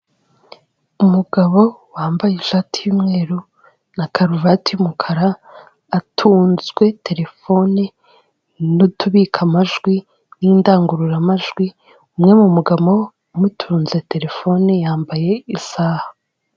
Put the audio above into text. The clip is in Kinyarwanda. Umugabo wambaye ishati y'umweru na karuvati y'umukara, atunzwe telefoni n'utubikamajwi n'indangururamajwi, umwe mu mugabo amutunze telefone yambaye isaha.